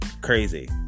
Crazy